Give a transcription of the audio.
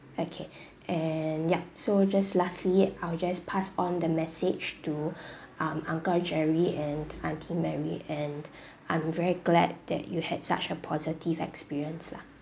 okay and yup so just lastly I will just pass on the message to um uncle jerry and aunty mary and I'm very glad that you had such a positive experience lah